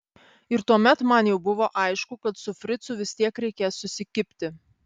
ir tuomet man jau buvo aišku kad su fricu vis tiek reikės susikibti